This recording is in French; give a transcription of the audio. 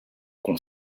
qu’on